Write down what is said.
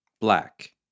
Black